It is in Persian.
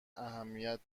اهمیت